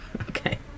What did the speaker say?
Okay